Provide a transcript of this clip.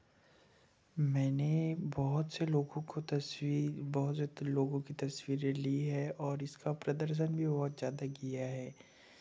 मैंने बहुत से लोगों को तस्वीर बहुत ज़्यादा लोगों की तस्वीरें ली है और इसका प्रदर्शन भी बहुत ज़्यादा किया है